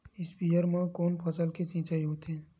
स्पीयर म कोन फसल के सिंचाई होथे?